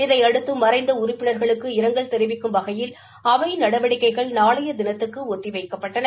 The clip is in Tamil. இதையடுத்து மறைந்த உறுப்பினர்களுக்கு இரங்கல் தெரிவிக்கும் வகையில் அவை நடவடிக்கைகள் நாளைய தினத்துக்கு ஒத்தி வைக்கப்பட்டன